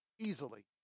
Easily